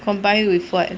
combined with what